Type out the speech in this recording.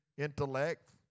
Intellect